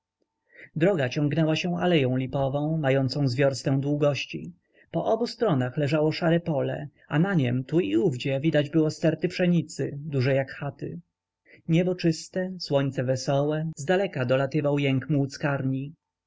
droga ciągnęła się aleją lipową mającą z wiorstę długości po obu stronach leżało szare pole a na niem tu i owdzie widać było sterty pszenicy duże jak chaty niebo czyste słońce wesołe zdaleka dolatywał jęk